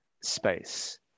space